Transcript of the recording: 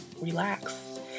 relax